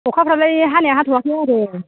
अखाफ्रालाय हानाया हाथ'वाखै आरो